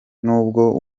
n’ubwo